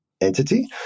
entity